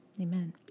amen